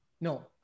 No